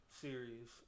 Series